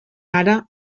ara